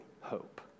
hope